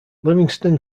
livingston